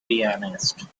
pianist